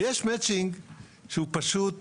ויש מצ'ינג שהוא פשוט